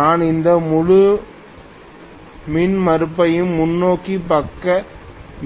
நான் இந்த முழு மின்மறுப்பையும் முன்னோக்கி பக்க